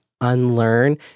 unlearn